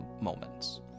moments